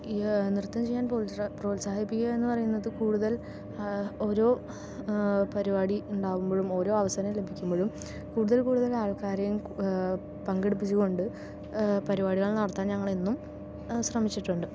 ഈ നൃത്തം ചെയ്യാൻ പ്രോത്സാഹിപ്പിക്കുക എന്ന് പറയുന്നത് കൂടുതൽ ഓരോ പരുപാടി ഉണ്ടാകുമ്പോഴും ഓരോ അവരസരം ലഭിക്കുമ്പോഴും കൂടുതൽ കൂടുതൽ ആൾക്കാരെയും പങ്കെടുപ്പിച്ചുകൊണ്ട് പരിപാടികൾ നടത്താൻ ഞങ്ങൾ എന്നും ശ്രമിച്ചിട്ടുണ്ട്